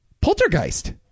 Poltergeist